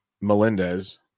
Melendez